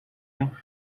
you